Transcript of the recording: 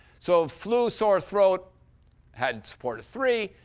so flu, sore throat had support of three,